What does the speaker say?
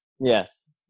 Yes